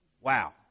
Wow